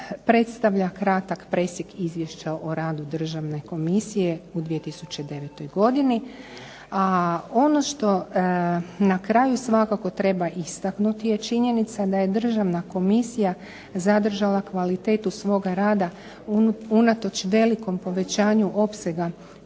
predstavlja kratak presjek izvješća o radu državne komisije u 2009. godini, a ono što na kraju svakako treba istaknuti je činjenica da je državna komisija zadržala kvalitetu svoga rada unatoč velikom povećanju opsega